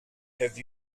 have